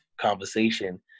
conversation